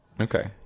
Okay